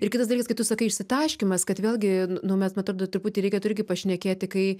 ir kitas dalis kai tu sakai išsitaškymas kad vėlgi nu mes man atrodo truputį reikėtų irgi pašnekėti kai